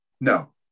no